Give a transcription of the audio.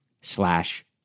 slash